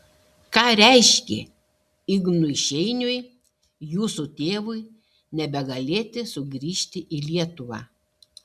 ką reiškė ignui šeiniui jūsų tėvui nebegalėti sugrįžti į lietuvą